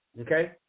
Okay